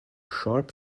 sharp